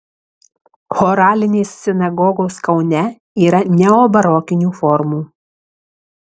choralinės sinagogos kaune yra neobarokinių formų